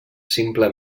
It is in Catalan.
simple